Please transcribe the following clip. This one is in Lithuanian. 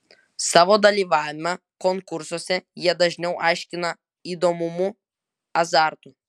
savo dalyvavimą konkursuose jie dažniau aiškina įdomumu azartu